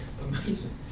amazing